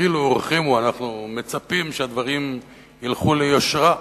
בדחילו ורחימו, אנחנו מצפים שהדברים ילכו כשורה.